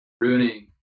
ruining